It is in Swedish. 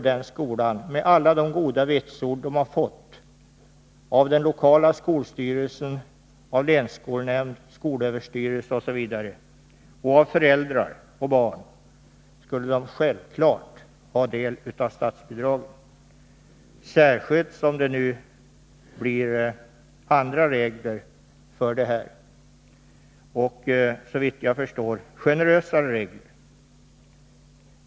Med tanke på alla de goda vitsord skolan har fått — av den lokala skolstyrelsen, av länsskolnämnden, av skolöverstyrelsen och av föräldrar och barn — anser jag att det är självklart att skolan skall ha del av statsbidraget, särskilt som det nu blir andra regler för detta och såvitt jag förstår generösare regler.